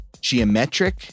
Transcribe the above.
geometric